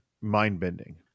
mind-bending